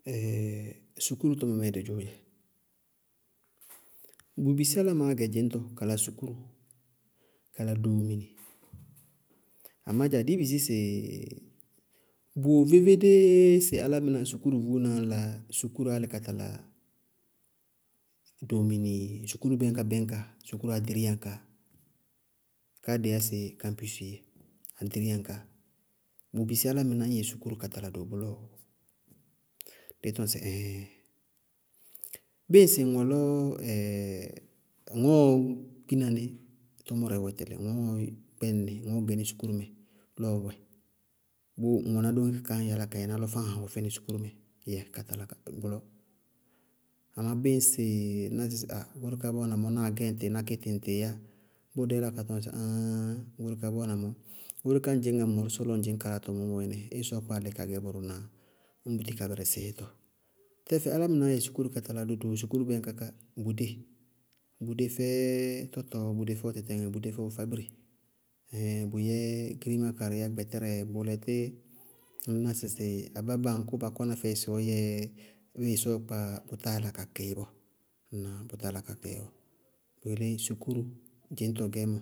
sukúru tɔmɔmɛɛ dɩ dzʋʋ dzɛ. Bʋ bisí álámɩnáá gɛ dzɩñtɔ ka yɛ sukúru kala doomini. Amá dza dɩí bisí sɩ bʋwɛ vévédééé sɩ álámɩná sukúru vuúnaá la sukúru álɩ sukúru ka tala doomini? Sukúru bɛñks-bɛñka, sukúru adɖiríyáŋkaá. Káá dɩí yá sɩ káñpíisií yɛ. Adɖiríyáŋkaá, bʋ bisí álámɩná ñ yɛ sukúru ka tala bʋlɔɔ? Dɩí tɔñ sɩ ɩíɩɩɩŋ! bíɩ ŋsɩ ŋ wɛ lɔ kpína ní tʋmʋrɛ wɛ tɛlɩ, ŋɔɔɔ kpɛñnɩ ŋɔɔɔ gɛní sukúrumɛ lɔ ɔwɛ, bʋʋ ŋwɛná dóŋɛ ka kaá ññ yálá ka yɛná lɔ fáaŋ wɛ fɛnɩ sukúrumɛ, yɛ ka tala bʋlɔ. Amá bíɩ ŋsɩ nábdzɩñsɩ asa! Goóre kaá bʋ wáana mɔɔ náa gɛ ŋtɩ náké tɩ ŋtɩɩ yá, bʋʋ dɩí yála ka tɔŋ sɩ áááŋ goóre kaá bʋ wáana mɔɔ, goóre kaá ñ dzɩŋná mɔɔ ɩsɔɔ lɔ ŋdzɩñ lalátɔ mɔɔ bɔɔyɛ nɩ, ɩí ɩsɔɔ kpáa lɩ ka gɛ bʋrʋ na ñ bɛrɛsɩ bʋrʋ yɛtɔ. Tɛfɛ álámɩnáá yɛ sukúru ka tala dodoo sukúru bɛñka ká, bʋdée, bʋdé fɛ tɔtɔ, bʋdé fɛ ɔ tɩtɩŋɛ, bʋdé fɛ ɔɔfábire. Ɛɛ bʋyɛ girimá karɩí yá gbɛtɛrɛɛ yɛ, bʋʋlɛtɩ, ŋñná sɩ abáa baá aŋkʋʋ ba kʋna fɛɩ sɩ ɔ yɛɛ, íɩ ɩsɔɔ kpáa kʋ táa yála ka kɩí bɔɔ, ŋnáa? Bʋ táa yála ka kɩí bɔɔ, sukúru dzɩñtɔ gɛɛmɔ,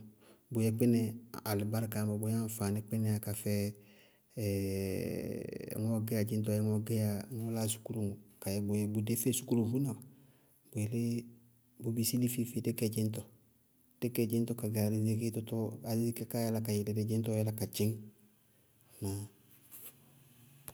bʋyɛ slɩbáríka kpínɛɛ yɛ, bʋyɛ aŋfaaní ka fɛɛ ŋɔɔɔ gɛyá dzɩñtɔ abéé ŋɔɔɔ gɛyá ŋɔɔɔ láa sukúru ka yɛ bʋyɛ bʋdé fɛ sukúru vuúna. Bʋ yelé bʋʋ bisí dí feé-feé dí gɛ dzɩñtɔ, dí gɛ dzɩñtɔ ka gɛ arizikitɔ alihééri ká kaáa yála ka yele dɩ dzɩñtɔɔ yálá ka dzɩñ. Ŋnáa?